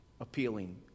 appealing